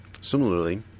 Similarly